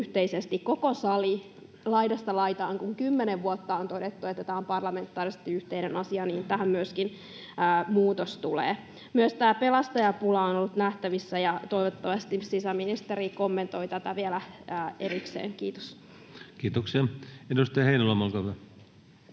yhteisesti koko sali laidasta laitaan osallistuu, kun kymmenen vuotta on todettu, että tämä on parlamentaarisesti yhteinen asia, niin että tähän myöskin muutos tulee. Myös tämä pelastajapula on ollut nähtävissä, ja toivottavasti sisäministeri kommentoi tätä vielä erikseen. — Kiitos. [Speech 8] Speaker: